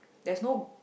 there's no